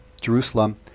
Jerusalem